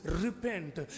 repent